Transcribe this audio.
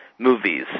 movies